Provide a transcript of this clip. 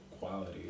quality